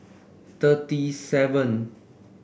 thirty seven